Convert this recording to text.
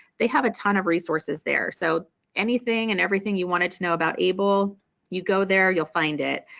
they have a ton of resources there so anything and everything you wanted to know about able you go there you'll find it.